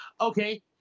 Okay